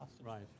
Right